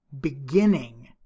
beginning